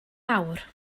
nawr